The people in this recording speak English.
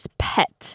pet